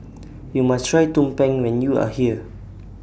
YOU must Try Tumpeng when YOU Are here